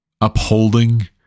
upholding